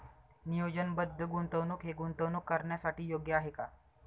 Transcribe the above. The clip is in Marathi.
नियोजनबद्ध गुंतवणूक हे गुंतवणूक करण्यासाठी योग्य आहे का?